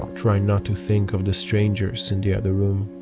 trying not to think of the strangers in the other room.